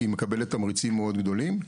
כי היא מקבלת תמריצים מאוד גדולים?